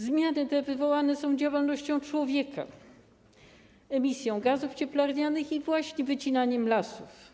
Zmiany te wywołane są działalnością człowieka: emisją gazów cieplarnianych i właśnie wycinaniem lasów.